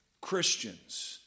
Christians